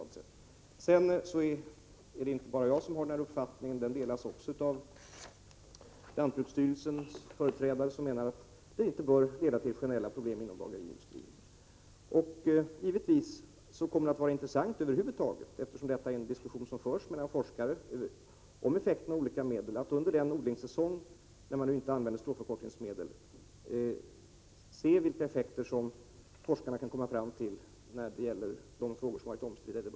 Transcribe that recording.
Det är inte bara jag som har denna uppfattning, utan den delas av lantbruksstyrelsens företrädare, som menar att detta inte bör leda till generella problem inom bageriindustrin. Givetvis blir det intressant att se vilka resultat forskarna kommer fram till när de diskuterar de frågor som varit omstridda i debatten och undersöker effekterna under den odlingssäsong, då vi inte använder stråförkortningsmedel.